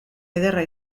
ederra